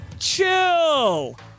chill